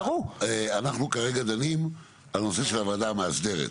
אנחנו כרגע דנים על הנושא של הוועדה המאסדרת.